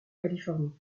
californie